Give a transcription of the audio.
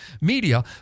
media